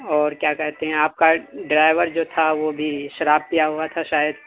اور کیا کہتے ہیں آپ کا ڈرائیور جو تھا وہ بھی شراب پیا ہوا تھا شاید